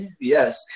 Yes